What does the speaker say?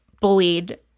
bullied